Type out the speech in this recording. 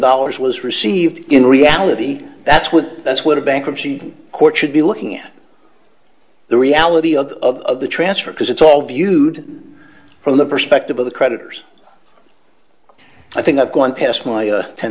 dollars was received in reality that's what that's what a bankruptcy court should be looking at the reality of the transfer because it's all viewed from the perspective of the creditors i think i've gone past my